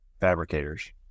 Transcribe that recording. fabricators